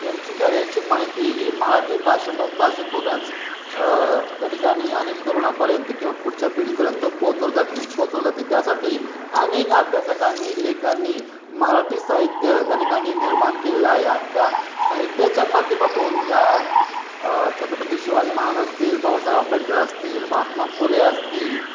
त्यांची कार्याची माहिती ही मराठी भाषे भाषेतूनच त्याठिकाणी अनेक तरुणापर्यंत किंवा पुढच्या पिढीपर्यंत पोचवली जातील पोचवली जाते त्यासाठी अनेक अभ्यासकांनी लेखांनी मराठी साहित्य त्या ठिकाणी निर्माण केलेला आहे आणि त्या साहित्याच्या माध्यमातून या छत्रपती शिवाजी महाराज असतील बाबासाहेब आंबेडकर असतील महात्मा फुले असतील